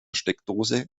steckdose